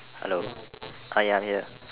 hello ah ya here